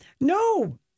No